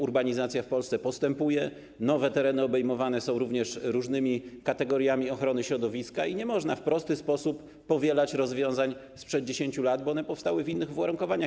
Urbanizacja w Polsce postępuje, nowe tereny obejmowane są różnymi kategoriami ochrony środowiska i nie można w prosty sposób powielać rozwiązań sprzed 10 lat, bo one powstały w innych uwarunkowaniach.